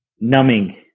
numbing